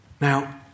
Now